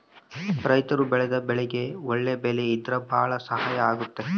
ರೈತರು ಬೆಳೆದ ಬೆಳೆಗೆ ಒಳ್ಳೆ ಬೆಲೆ ಇದ್ರೆ ಭಾಳ ಸಹಾಯ ಆಗುತ್ತೆ